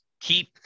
keep